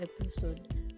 episode